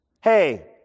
Hey